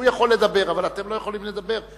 הוא יכול לדבר, אבל אתם לא יכולים לדבר.